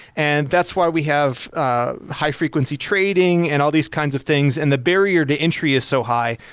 and that's why we have ah high frequency trading and all these kinds of things, and the barrier to entry is so high,